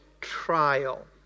trial